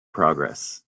progress